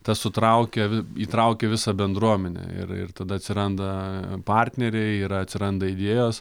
tas sutraukia įtraukia visą bendruomenę ir ir tada atsiranda partneriai ir atsiranda idėjos